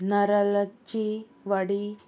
नरलची वाडी